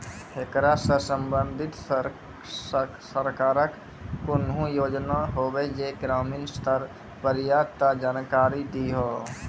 ऐकरा सऽ संबंधित सरकारक कूनू योजना होवे जे ग्रामीण स्तर पर ये तऽ जानकारी दियो?